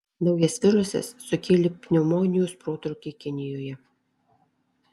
naujas virusas sukėlė pneumonijos protrūkį kinijoje